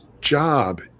job